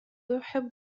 يحب